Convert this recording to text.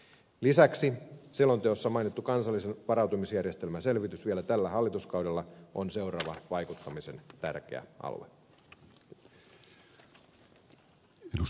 lisäksi selonteossa mainittu kansallisen varautumisjärjestelmän selvitys vielä tällä hallituskaudella on vaikuttamisen seuraava tärkeä alue